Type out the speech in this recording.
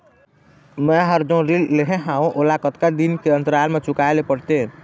मैं हर जोन ऋण लेहे हाओ ओला कतका दिन के अंतराल मा चुकाए ले पड़ते?